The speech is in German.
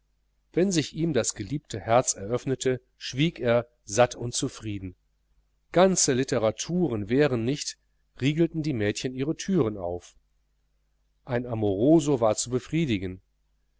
wenn sich ihm das geliebte herz eröffnete schwieg er satt und zufrieden ganze literaturen wären nicht riegelten die mädchen ihre türen auf ein amoroso war zu befriedigen